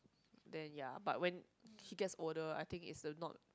then ya but when he gets older I think is a not